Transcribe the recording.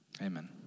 Amen